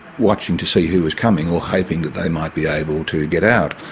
watching to see who was coming or hoping that they might be able to get out.